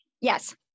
Yes